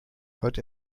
hört